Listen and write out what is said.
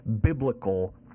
biblical